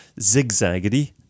zigzaggedy